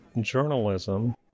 journalism